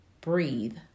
Breathe